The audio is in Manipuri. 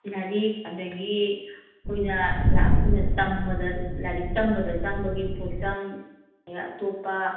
ꯂꯥꯏꯔꯤꯛ ꯑꯗꯒꯤ ꯑꯩꯈꯣꯏꯅ ꯑꯩꯈꯣꯏꯅ ꯇꯝꯕꯗ ꯂꯥꯏꯔꯤꯛ ꯇꯝꯕꯗ ꯆꯪꯕꯒꯤ ꯄꯣꯠꯆꯪ ꯑꯗꯩ ꯑꯇꯣꯞꯄ